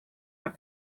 have